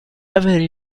avere